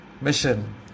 mission